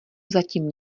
zatím